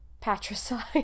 patricide